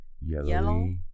yellow